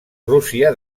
rússia